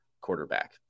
quarterback